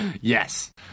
yes